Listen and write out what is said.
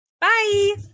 Bye